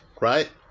right